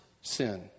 sin